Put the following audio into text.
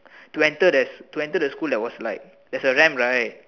to enter the to enter the school there's like there's a ramp right